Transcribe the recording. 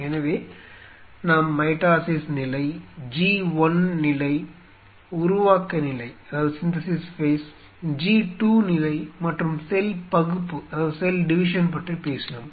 எனவே நாம் மைட்டோசிஸ் நிலை G 1 நிலை உருவாக்க நிலை G 2 நிலை மற்றும் செல் பகுப்பு பற்றி பேசினோம்